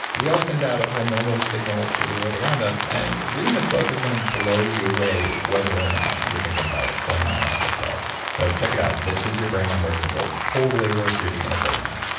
we all send out a hormonal signal to the world around us. and reading this book is going to blow you away, whether or not you're thinking about going on or off the pill so check it out. this is your brain on birth control. totally worth reading. it'll blow your mind.